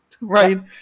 right